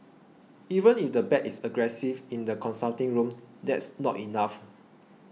even if the pet is aggressive in the consulting room that's not enough